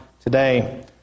today